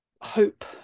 hope